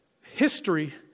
History